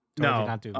No